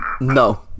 No